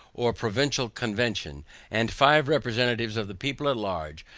or provincial convention and five representatives of the people at large,